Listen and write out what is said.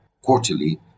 quarterly